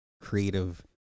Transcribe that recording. creative